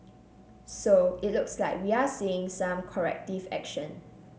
so it looks like we are seeing some corrective action